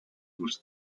was